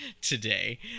today